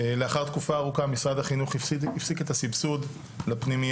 לאחר תקופה ארוכה משרד החינוך הפסיק את הסבסוד לפנימייה,